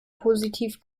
positiv